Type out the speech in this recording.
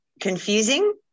Confusing